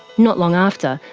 not long after,